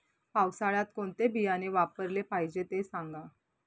पावसाळ्यात कोणते बियाणे वापरले पाहिजे ते सांगा